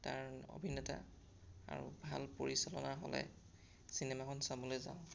তাৰ অভিনেতা আৰু ভাল পৰিচালনা হ'লে চিনেমাখন চাবলৈ যাওঁ